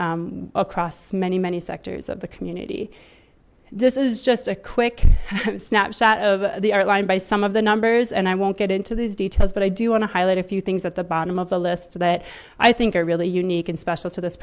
across many many sectors of the community this is just a quick snapshot of the art line by some of the numbers and i won't get into these details but i do want to highlight a few things at the bottom of the list that i think are really unique and special to this